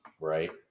right